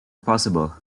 possible